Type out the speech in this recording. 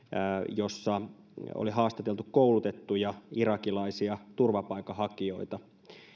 jossa oli haastateltu koulutettuja irakilaisia turvapaikanhakijoita